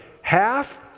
Half